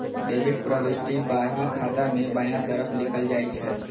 debit प्रवृष्टि बही खाता मे बायां तरफ लिखल जाइ छै